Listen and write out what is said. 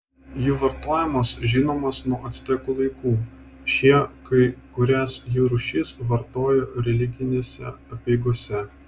jų vartojimas žinomas nuo actekų laikų šie kai kurias jų rūšis vartojo religinėse apeigose